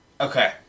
Okay